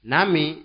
Nami